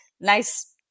nice